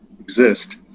exist